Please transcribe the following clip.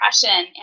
depression